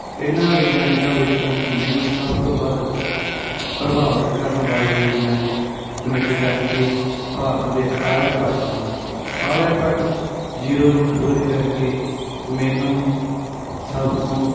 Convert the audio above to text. ਇਹਨਾਂ ਵਿਗਿਆਨਿਕਾਂ ਵਿੱਚੋਂ ਮੈਨੂੰ ਸਭ ਤੋਂ ਵੱਧ ਪ੍ਰਭਾਵਿਤ ਕਰਨ ਵਾਲੇ ਵਿਗਿਆਨਿਕ ਗਣਿਤ ਸ਼ਾਸਤਰੀ ਭਾਰਤ ਦੇ ਆਰਿਆ ਭੱਟ ਹਨ ਆਰਿਆ ਭੱਟ ਜੀਰੋ ਦੀ ਖੋਜ ਕਰਕੇ ਮੈਨੂੰ ਸਭ ਤੋਂ